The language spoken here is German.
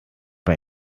bei